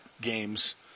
games